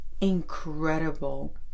incredible